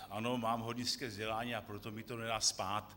Ano, mám hornické vzdělání, a proto mi to nedá spát.